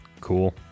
Cool